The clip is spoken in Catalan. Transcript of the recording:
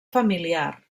familiar